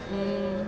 mm